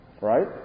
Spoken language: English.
right